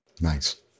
Nice